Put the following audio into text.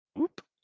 Oop